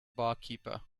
barkeeper